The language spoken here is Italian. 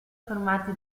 formati